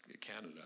Canada